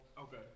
Okay